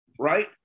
right